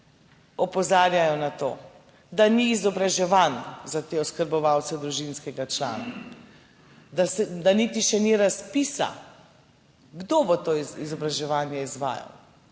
opozarjajo na to, da ni izobraževanj za te oskrbovance družinskega člana, da niti še ni razpisa. Kdo bo to izobraževanje izvajal?